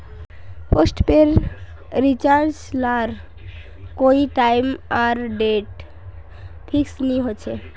postpaid recharge लार कोए time आर डेट फिक्स नि होछे